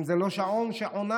אם זה לא שעון, שעונה.